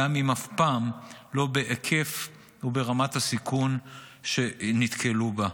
גם אם אף פעם לא בהיקף וברמת הסיכון שנתקלו בה.